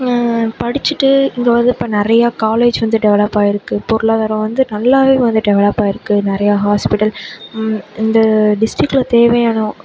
படிச்சுட்டு இங்கே வந்து இப்போ நிறையா காலேஜ் வந்து டெவலப் ஆகிருக்கு பொருளாதாரம் வந்து நல்லாவே வந்து டெவலப் ஆகிருக்கு நிறையா ஹாஸ்பிட்டல் இந்த டிஸ்ட்ரிக்கு தேவையான